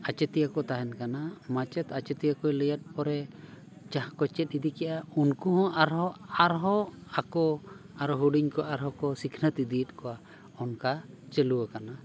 ᱟᱪᱮᱛᱤᱭᱟᱹ ᱠᱚ ᱛᱟᱦᱮᱱ ᱠᱟᱱᱟ ᱢᱟᱪᱮᱛ ᱟᱪᱮᱛᱤᱭᱟᱹ ᱠᱚ ᱞᱟᱹᱭᱟᱜ ᱠᱚᱨᱮ ᱡᱟᱦᱟᱸ ᱠᱚ ᱪᱮᱫ ᱤᱫᱤ ᱠᱮᱜᱼᱟ ᱩᱱᱠᱩ ᱦᱚᱸ ᱟᱨᱦᱚᱸ ᱟᱨᱦᱚᱸ ᱟᱠᱚ ᱦᱩᱰᱤᱧ ᱠᱚ ᱟᱨᱦᱚᱸᱠᱚ ᱥᱤᱠᱷᱱᱟᱹᱛ ᱤᱫᱤᱭᱮᱫ ᱠᱚᱣᱟ ᱚᱱᱠᱟ ᱪᱟᱹᱞᱩ ᱟᱠᱟᱱᱟ